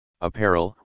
Apparel